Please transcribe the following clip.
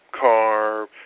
car